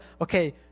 okay